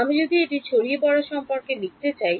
আমি যদি এই ছড়িয়ে পড়া সম্পর্কে লিখতে চাই